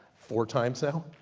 four times now,